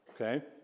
okay